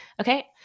Okay